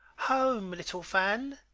home, little fan?